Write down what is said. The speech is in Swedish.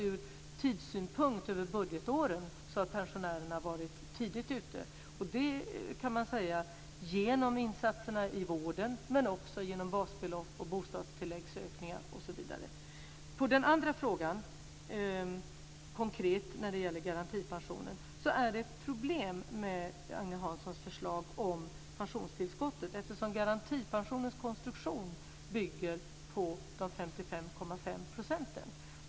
Från tidssynpunkt, över budgetåren, har pensionärerna varit tidigt ute - genom insatserna i vården men också genom basbelopp, bostadstilläggsökningar osv. På den andra frågan blir det konkreta svaret när det gäller garantipensionen att det finns ett problem med Agne Hanssons förslag om pensionstillskottet eftersom garantipensionens konstruktion bygger på de 55,5 procenten.